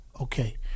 Okay